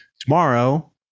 tomorrow